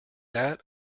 that